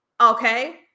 Okay